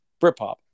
Britpop